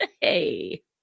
hey